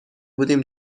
بودیم